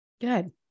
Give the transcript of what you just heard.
Good